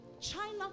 China